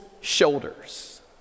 shoulders